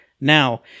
now